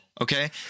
Okay